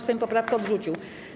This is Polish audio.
Sejm poprawkę odrzucił.